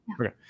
Okay